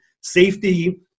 safety